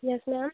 yes ma'am